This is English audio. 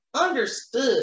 Understood